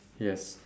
yes